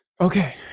Okay